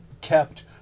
kept